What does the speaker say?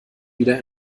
wieder